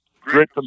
great